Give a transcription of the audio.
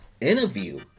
interview